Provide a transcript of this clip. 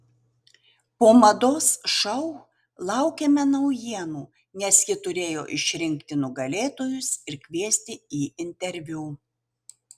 po mados šou laukėme naujienų nes ji turėjo išrinkti nugalėtojus ir kviesti į interviu